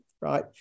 right